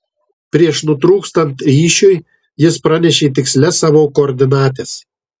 prieš nutrūkstant ryšiui jis pranešė tikslias savo koordinates